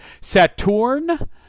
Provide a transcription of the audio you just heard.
Saturn